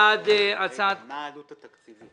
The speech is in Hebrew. מה העלות התקציבית?